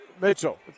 Mitchell